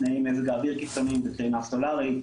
תנאי מזג אוויר קיצוניים וקרינה סולרית,